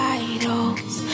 idols